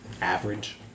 Average